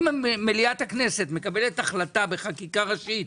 אם מליאת הכנסת מקבלת החלטה בחקיקה ראשית,